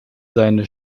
seine